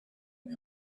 met